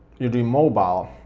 you're doing mobile,